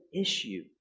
issue